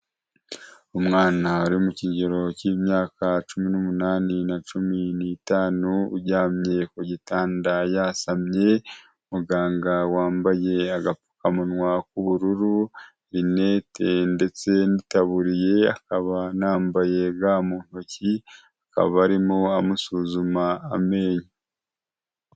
Umwana uri mu kigero cy'imyaka cumi n'umunani na cumi n'itanu, uryamye ku gitanda yasamye. Muganga wambaye agapfukamunwa k'ubururu, linete ndetse n'itaburiye. Akaba anambaye ga mu ntoki, akaba arimo amusuzuma amenyo.